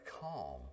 calm